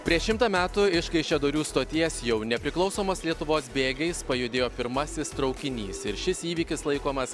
prieš šimtą metų iš kaišiadorių stoties jau nepriklausomos lietuvos bėgiais pajudėjo pirmasis traukinys ir šis įvykis laikomas